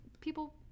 people